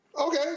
Okay